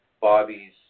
Bobby's